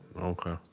Okay